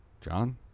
John